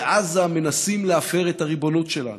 בעזה מנסים להפר את הריבונות שלנו.